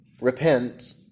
Repent